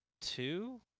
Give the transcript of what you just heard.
two